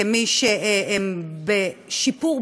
כמי שהם בשיפור,